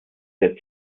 der